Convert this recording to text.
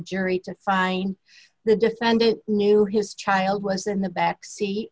jury to find the defendant knew his child was in the back